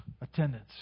attendance